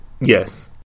Yes